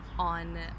on